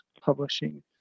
publishing